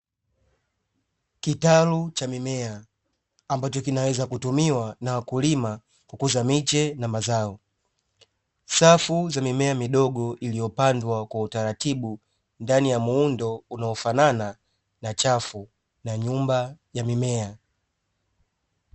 Kitalu cha mimea ambacho kinaweza kutumiwa na wakulima kukuza miche na mazao, safu za mimea midogo iliyopandwa kwa utaratibu ndani ya muundo unaofanana na chafu, na nyumba ya mimea.